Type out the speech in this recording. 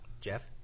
Jeff